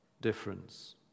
difference